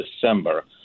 December